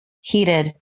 heated